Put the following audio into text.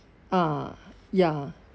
uh ya